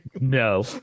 No